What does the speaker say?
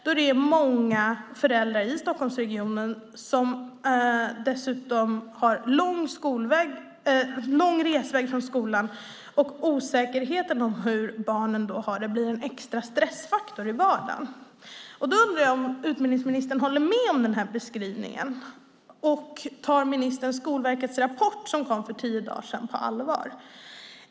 Då många föräldrar i Stockholmsregionen dessutom arbetar lång resväg från skolan blir osäkerheten om hur barnen har det en extra stressfaktor i vardagen." Håller utbildningsministern med om den här beskrivningen? Tar ministern Skolverkets rapport som kom för tio dagar sedan på allvar?